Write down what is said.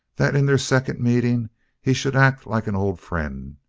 that in their second meeting he should act like an old friend.